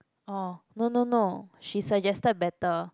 orh no no no she suggested better